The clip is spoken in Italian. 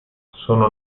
sono